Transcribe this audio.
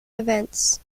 events